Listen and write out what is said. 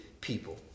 people